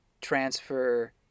transfer